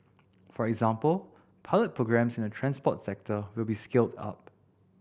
for example pilot programmes in the transport sector will be scaled up